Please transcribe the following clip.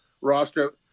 roster